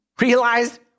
realize